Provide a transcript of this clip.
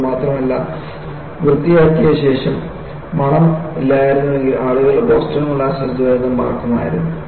ഇത് മാത്രമല്ല വൃത്തിയാക്കിയ ശേഷം മണം ഇല്ലായിരുന്നുവെങ്കിൽ ആളുകൾ ബോസ്റ്റൺ മോളാസസ് ദുരന്തം മറക്കുമായിരുന്നു